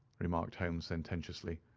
remarked holmes, sententiously.